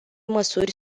măsuri